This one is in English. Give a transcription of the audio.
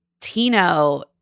Tino